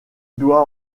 doit